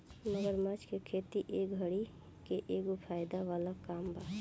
मगरमच्छ के खेती ए घड़ी के एगो फायदा वाला काम बा